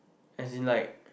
as in like